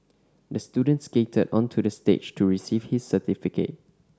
the student skated onto the stage to receive his certificate